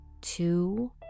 two